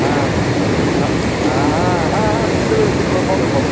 হ্যাঁ হ্যাঁ হ্যাঁ হ্যাঁ হ্যাঁ চিনতে পেরেছি ব বলো বলো